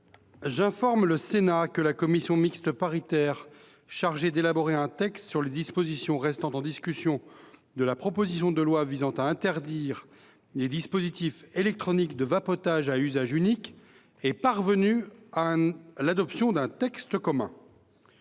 J’informe le Sénat que la commission mixte paritaire chargée d’élaborer un texte sur les dispositions restant en discussion de la proposition de loi visant à interdire les dispositifs électroniques de vapotage à usage unique est parvenue à l’adoption d’un texte commun.